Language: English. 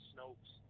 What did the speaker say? Snopes